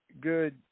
good